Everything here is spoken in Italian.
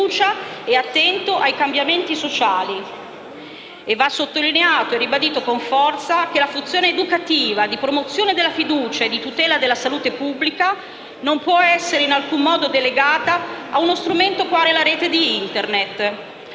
e attento ai cambiamenti sociali. E va sottolineato e ribadito con forza che la funzione educativa di promozione della fiducia e di tutela della salute pubblica non può essere in alcun modo delegata a uno strumento quale la rete di Internet.